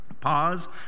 Pause